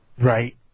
Right